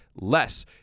Less